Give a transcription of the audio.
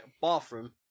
bathroom